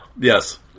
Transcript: Yes